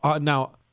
Now